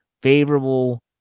favorable